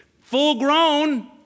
full-grown